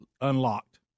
unlocked